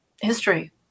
history